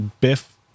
Biff